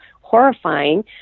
horrifying